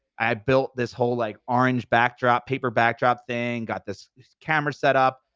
i built this whole like orange backdrop, paper backdrop thing, got this camera set up,